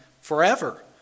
forever